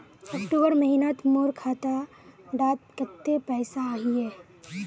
अक्टूबर महीनात मोर खाता डात कत्ते पैसा अहिये?